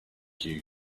you